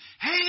Hey